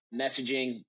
messaging